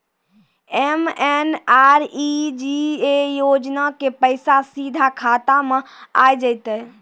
MNREGA योजना के पैसा सीधा खाता मे आ जाते?